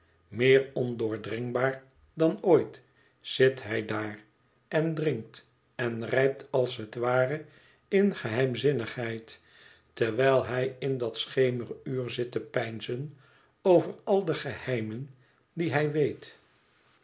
meer ondoordringbaar dan ooit zit hij daar en drinkt en rijpt als het ware in geheimzinnigheid terwijl hij in dat schemeruur zit te peinzen over al de geheimen die hij weet